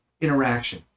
interaction